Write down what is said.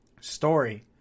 story